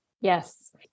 Yes